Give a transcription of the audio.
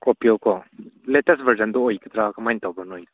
ꯏꯁꯀꯣꯔꯄꯤꯑꯣꯀꯣ latest ꯕ꯭ꯔꯖꯟꯗ ꯑꯣꯏꯒꯗꯔꯥ ꯀꯃꯥꯏꯅ ꯇꯧꯕ꯭ꯔꯥ ꯅꯣꯏ